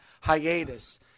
hiatus